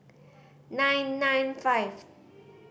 nine nine five